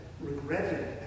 regretted